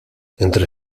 entre